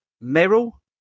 Merrill